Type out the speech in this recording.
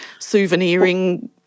souveniring